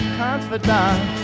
confidant